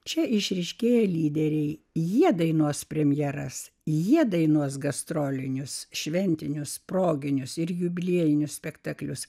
čia išryškėja lyderiai jie dainuos premjeras jie dainuos gastrolinius šventinius proginius ir jubiliejinius spektaklius